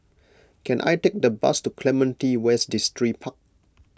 can I take a bus to Clementi West Distripark